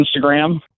Instagram